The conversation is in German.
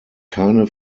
keine